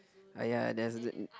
!aiya! there's the